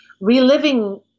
reliving